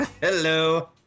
Hello